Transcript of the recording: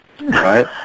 Right